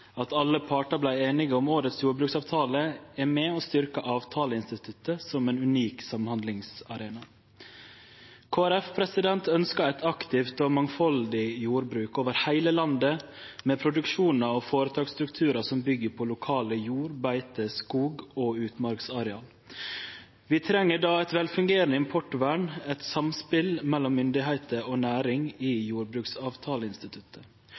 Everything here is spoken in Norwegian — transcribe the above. At alle partar blei einige om årets jordbruksavtale, er med på å styrkje avtaleinstituttet som ein unik samhandlingsarena. Kristeleg Folkeparti ønskjer eit aktivt og mangfaldig jordbruk over heile landet, med produksjonar og føretaksstrukturar som byggjer på lokale jord-, beite-, skog- og utmarksareal. Vi treng då eit velfungerande importvern, eit samspel mellom myndigheiter og næring i